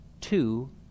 two